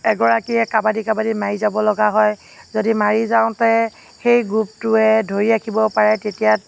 এগৰাকীয়ে কাবাডী কাবাডী মাৰি যাব লগা হয় যদি মাৰি যাওঁতে সেই গ্ৰুপটোৱে ধৰি ৰাখিব পাৰে তেতিয়া